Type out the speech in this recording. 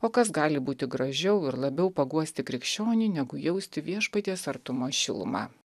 o kas gali būti gražiau ir labiau paguosti krikščionį negu jausti viešpaties artumo šilumą